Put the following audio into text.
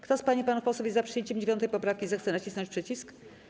Kto z pań i panów posłów jest za przyjęciem 9. poprawki, zechce nacisnąć przycisk.